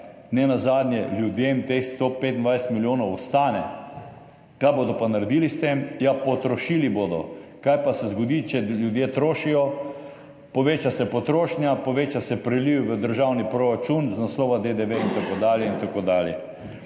Nenazadnje ljudem ostane teh 125 milijonov. Kaj bodo pa naredili s tem? Potrošili bodo. Kaj pa se zgodi, če ljudje trošijo? Poveča se potrošnja, poveča se priliv v državni proračun iz naslova DDV in tako dalje.